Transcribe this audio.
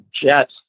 jet